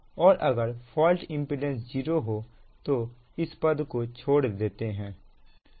और अगर fault impedance 0 हो तो इस पद को छोड़ देते हैं